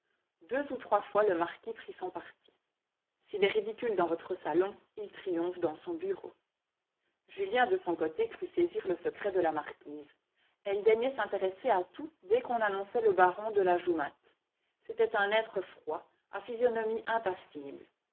deux ou trois fois le marquis prit son parti s'il est ridicule dans votre salon il triomphe dans son bureau julien de son côté crut saisir le secret de la marquise elle daignait s'intéresser à tout dès qu'on annonçait le baron de la joumate c'était un être froid à physionomie impassible